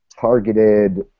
targeted